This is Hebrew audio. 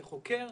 כחוקר,